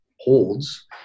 holds